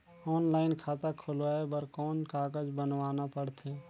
Online खाता खुलवाय बर कौन कागज बनवाना पड़थे?